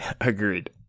Agreed